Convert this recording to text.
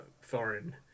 foreign